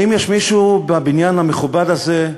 האם יש מישהו בבניין המכובד הזה,